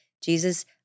Jesus